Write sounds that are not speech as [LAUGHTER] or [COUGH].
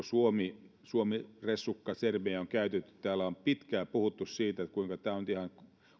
[UNINTELLIGIBLE] suomi suomi ressukka termiä on käytetty ja täällä on pitkään puhuttu siitä kuinka tämä on ihan